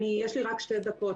יש לי רק שתי דקות,